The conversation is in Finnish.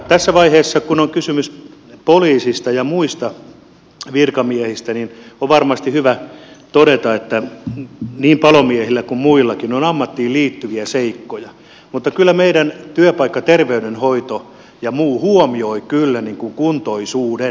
tässä vaiheessa kun on kysymys poliisista ja muista virkamiehistä on varmasti hyvä todeta että niin palomiehillä kuin muillakin on ammattiin liittyviä seikkoja mutta kyllä meillä työpaikkaterveydenhoito ja muu huomioi kuntoisuuden